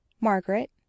Margaret